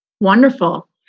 wonderful